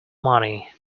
money